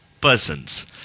persons